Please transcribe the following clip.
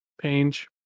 Page